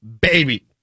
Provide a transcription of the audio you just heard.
baby